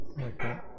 Okay